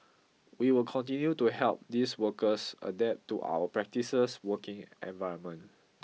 we will continue to help these workers adapt to our practices working environment